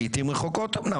לעתים רחוקות אומנם,